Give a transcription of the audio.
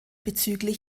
bzgl